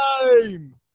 time